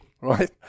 right